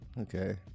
Okay